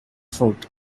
fruit